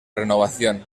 renovación